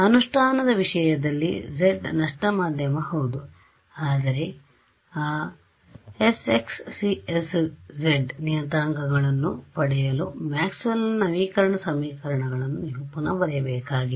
ಅನುಷ್ಠಾನದ ವಿಷಯದಲ್ಲಿ z ನಷ್ಟಮಧ್ಯಮ ಹೌದು ಆದರೆ ಆ ಎಸ್ಎಕ್ಸ್ ಸಿ ಎಸ್ಜೆಡ್ ನಿಯತಾಂಕಗಳನ್ನು ಪಡೆಯಲು ಮ್ಯಾಕ್ಸ್ವೆಲ್ನ Maxwell's ನವೀಕರಣ ಸಮೀಕರಣಗಳನ್ನು ನೀವು ಪುನಃ ಬರೆಯಬೇಕಾಗಿದೆ